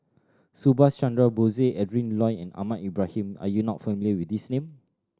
Subhas Chandra Bose Adrin Loi and Ahmad Ibrahim are you not familiar with these name